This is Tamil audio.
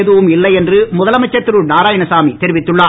எதுவும் இல்லை என்று முதலமைச்சர் திரு நாராயணசாமி தெரிவித்துள்ளார்